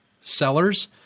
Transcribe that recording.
sellers